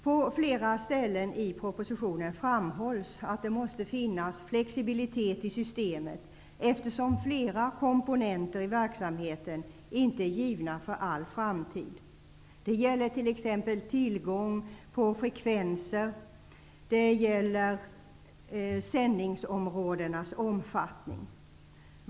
På flera ställen i propositionen framhålls att det måste finnas flexibilitet i systemet, eftersom flera komponenter i verksamheten inte är givna för all framtid. Det gäller t.ex. tillgång på frekvenser och sändningsområdenas omfattning.